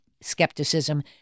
skepticism